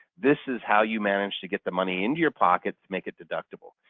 this is how you manage to get the money into your pockets, make it deductible.